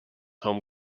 home